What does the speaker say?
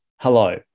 Hello